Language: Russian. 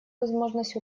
возможность